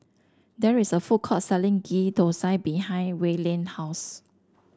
there is a food court selling Ghee Thosai behind Wayland house